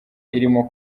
irimo